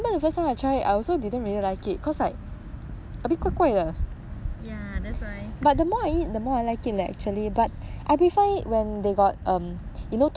ya that's why !wah! orh